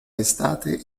estate